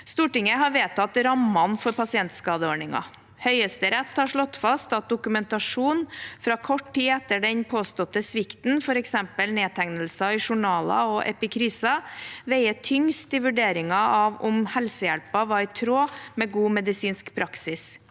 Stortinget har vedtatt rammene for pasientskadeordningen. Høyesterett har slått fast at dokumentasjon fra kort tid etter den påståtte svikten, f.eks. nedtegnelser i journaler og epikriser, veier tyngst i vurderingen av om helsehjelpen var i tråd med god medisinsk praksis.